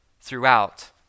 throughout